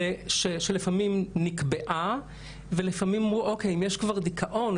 שלפעמים נקבעה ולפעמים אמרו שאם כבר יש דיכאון,